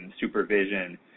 supervision